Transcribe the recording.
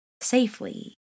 safely